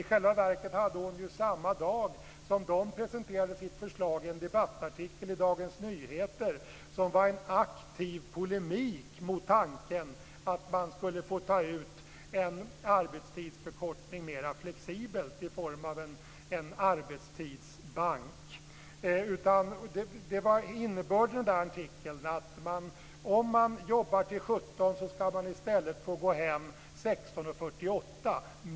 I själva verket fanns samma dag som de presenterade sitt förslag en debattartikel i Dagens Nyheter av Gudrun Schyman. Den var en aktiv polemik mot tanken att man skulle få ta ut en arbetstidsförkortning mer flexibelt, inom ramen för en arbetstidsbank. Innebörden av artikeln var att man, om man nu jobbar till kl. 17, i stället ska kunna gå hem 16.48.